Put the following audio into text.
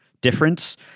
difference